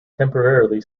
temporarily